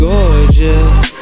Gorgeous